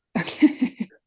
Okay